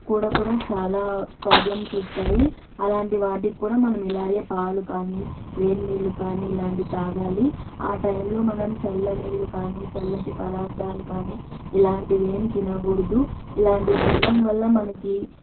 కూడా కూడా చాలా ప్రాబ్లమ్స్ వస్తాయి అలాంటి వాటికి కూడా మనం ఇలాగే పాలు కానీ వేడి నీళ్ళు కానీ ఇలాంటివి తాగాలి ఆ టైంలో మనం చల్ల నీళ్ళు కానీ చల్లటి పదార్థాలు కానీ ఇలాంటివి ఏం తినకూడదు ఇలాంటివి తినడం వల్ల మనకి